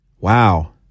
Wow